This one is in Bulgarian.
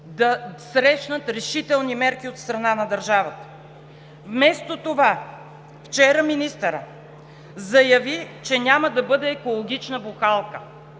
да срещнат решителни мерки от страна на държавата. Вместо това, вчера министърът заяви, че няма да бъде екологична бухалка!